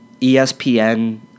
ESPN